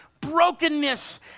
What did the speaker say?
brokenness